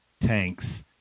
Tank's